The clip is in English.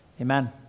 amen